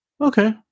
okay